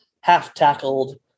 half-tackled